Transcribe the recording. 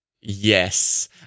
Yes